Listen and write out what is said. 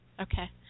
Okay